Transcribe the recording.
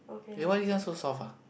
eh why this one so soft ah